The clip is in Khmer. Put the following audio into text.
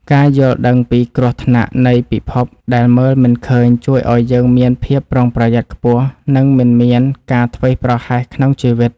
ការយល់ដឹងពីគ្រោះថ្នាក់នៃពិភពដែលមើលមិនឃើញជួយឱ្យយើងមានភាពប្រុងប្រយ័ត្នខ្ពស់ និងមិនមានការធ្វេសប្រហែសក្នុងជីវិត។